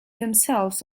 themselves